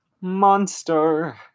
Monster